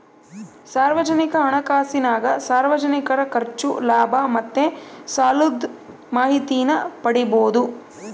ಸಾರ್ವಜನಿಕ ಹಣಕಾಸಿನಾಗ ಸಾರ್ವಜನಿಕರ ಖರ್ಚು, ಲಾಭ ಮತ್ತೆ ಸಾಲುದ್ ಮಾಹಿತೀನ ಪಡೀಬೋದು